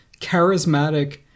charismatic